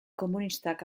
komunistak